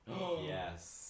Yes